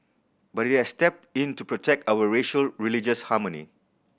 but it has step in to protect our racial religious harmony